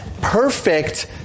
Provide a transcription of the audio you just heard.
perfect